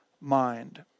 mind